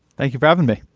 thank you for having me.